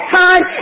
time